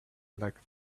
like